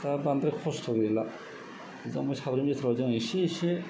दा बांद्राय खस्थ' गैला बिदा फंबाय साब्रैनि बिथोराव जों इसे इसे